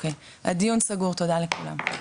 הדיון סגור, תודה לכולם.